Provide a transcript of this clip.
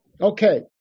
Okay